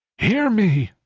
hear me!